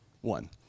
One